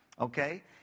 Okay